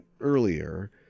earlier